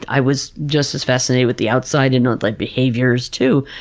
i was just as fascinated with the outside and like behaviors too,